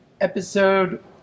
episode